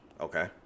okay